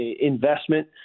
investment